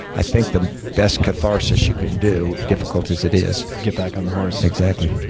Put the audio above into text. i think, the best catharsis you can do, difficult as it is. get back on the horse. exactly.